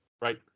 Right